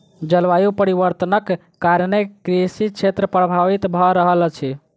जलवायु परिवर्तनक कारणेँ कृषि क्षेत्र प्रभावित भअ रहल अछि